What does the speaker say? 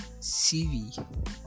CV